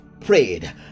prayed